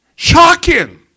Shocking